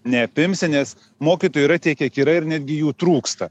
neatimsi nes mokytojų yra tiek kiek yra ir netgi jų trūksta